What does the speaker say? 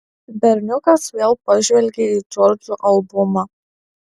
berniukas vėl pažvelgė į džordžo albumą